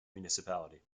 municipality